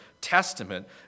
testament